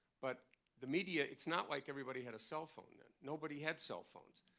but the media it's not like everybody had a cell phone then. nobody had cell phones.